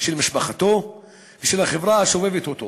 של משפחתו ושל החברה הסובבת אותו.